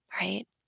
right